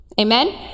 Amen